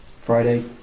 Friday